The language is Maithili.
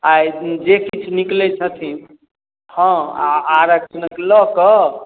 आइ जे किछु निकलैत छथिन हाँ आ आरक्षणक लऽ कऽ